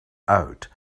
out